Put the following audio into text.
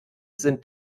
sind